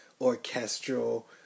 orchestral